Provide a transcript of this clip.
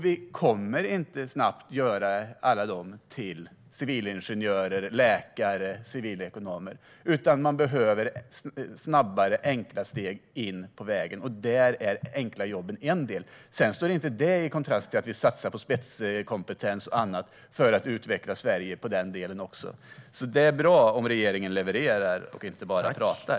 Vi kommer inte att snabbt kunna göra alla dem till civilingenjörer, läkare eller civilekonomer, utan vi behöver snabbare och enklare steg in. Här är enkla jobb en del. Det står inte i konflikt med att vi satsar på spetskompetens och annat för att utveckla Sverige. Det är bra om regeringen levererar och inte bara pratar.